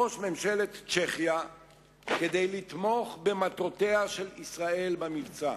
ראש ממשלת צ'כיה - כדי לתמוך במטרותיה של ישראל במבצע.